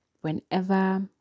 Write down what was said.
whenever